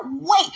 wait